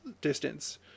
distance